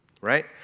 right